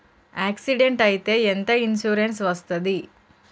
Accident అయితే ఎంత insurance వస్తది?